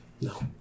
No